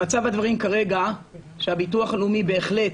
מצב הדברים כרגע, הביטוח הלאומי בהחלט